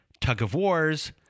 tug-of-wars